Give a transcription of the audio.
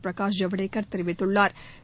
பிரகாஷ் ஜவ்டேகள் தெரிவித்துள்ளாா்